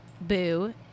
boo